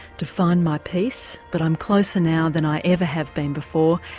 to find my peace but i'm closer now than i ever have been before.